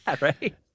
right